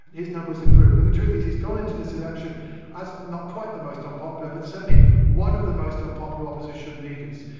his numbers improved. but the truth is he has gone into this election as not quite the most unpopular but certainly one of the most unpopular opposition leaders.